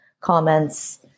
comments